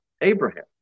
Abraham